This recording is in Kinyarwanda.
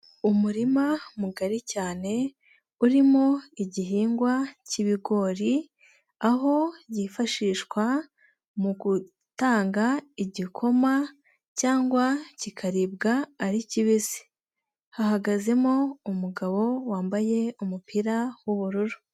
Umurima mugari cyane, urimo igihingwa cy'ibigori, aho byifashishwa mu gutanga igikoma cyangwa kikaribwa ari kibisi, hahagazemo umugabo wambaye umupira w'ubururu.